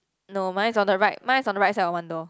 no mine is on the right mine is on the right side of one door